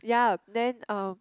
ya then uh